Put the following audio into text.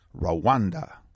Rwanda